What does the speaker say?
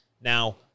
Now